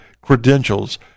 credentials